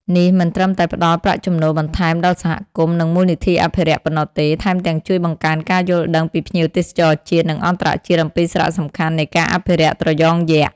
នេះមិនត្រឹមតែផ្តល់ប្រាក់ចំណូលបន្ថែមដល់សហគមន៍ និងមូលនិធិអភិរក្សប៉ុណ្ណោះទេ ថែមទាំងជួយបង្កើនការយល់ដឹងពីភ្ញៀវទេសចរជាតិ និងអន្តរជាតិអំពីសារៈសំខាន់នៃការអភិរក្សត្រយងយក្ស។